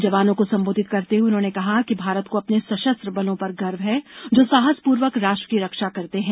जवानों को संबोधित करते हुए उन्होंने कहा कि भारत को अपने सशस्त्र बलों पर गर्व है जो साहसपूर्वक राष्ट्र की रक्षा करते हैं